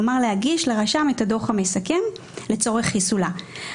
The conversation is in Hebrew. כלומר להגיש לרשם את הדוח המסכם לצורך חיסולה.